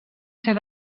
ser